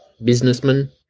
businessman